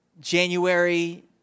January